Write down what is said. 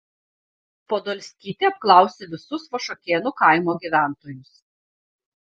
podolskytė apklausė visus vašuokėnų kaimo gyventojus